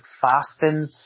fasting